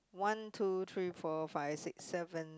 one two three four five six seven